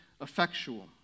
effectual